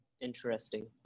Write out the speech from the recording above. Interesting